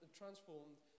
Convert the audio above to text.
transformed